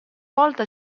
volta